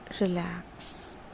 relax